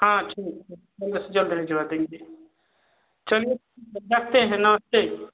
हाँ ठीक है जल्द से जल्द भेजवा देंगे चलिए रखते हैं नमस्ते